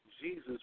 Jesus